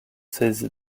seize